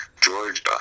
Georgia